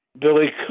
Billy